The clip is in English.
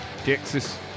Texas